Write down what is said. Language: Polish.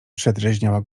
przedrzeźniała